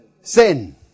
sin